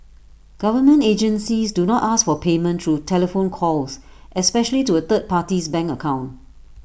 government agencies do not ask for payment through telephone calls especially to A third party's bank account